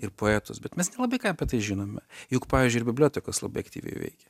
ir poetus bet mes nelabai ką apie tai žinome juk pavyzdžiui ir bibliotekos labai aktyviai veikia